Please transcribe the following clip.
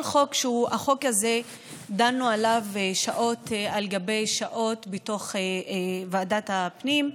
על החוק הזה דנו שעות על גבי שעות בתוך ועדת הפנים,